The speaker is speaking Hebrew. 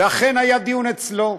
ואכן, היה דיון אצלו.